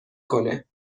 کنه